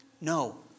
No